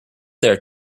there